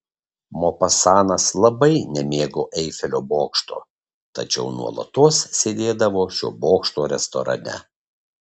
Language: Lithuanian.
mopasanas labai nemėgo eifelio bokšto tačiau nuolatos sėdėdavo šio bokšto restorane